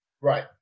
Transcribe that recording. right